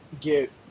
get